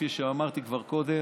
כפי שאמרתי כבר קודם,